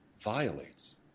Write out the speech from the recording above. violates